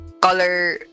color